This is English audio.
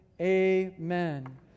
amen